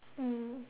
mm